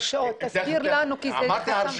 תסביר לנו כי זה חסם.